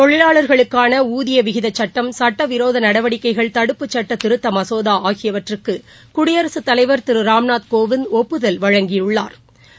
தொழிலாளா்களுக்கான ஊதிய விகிதச் சட்டம் சட்டவிரோத நடவடிக்கைகள் தடுப்புச் சுட்ட திருத்த மசோதா ஆகியவற்றுக்கு குடியரசுத் தலைவா் திரு ராம்நாத் கோவிந்த் ஒப்புதல் வழங்கியுள்ளாா்